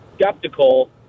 skeptical